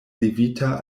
levita